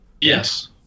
Yes